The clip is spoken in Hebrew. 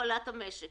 המקומיות